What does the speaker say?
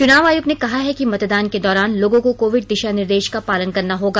चुनाव आयोग ने कहा है कि मतदान के दौरान लोगों को कोविड दिशा निर्देश का पालन करना होगा